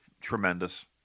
tremendous